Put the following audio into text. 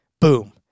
Boom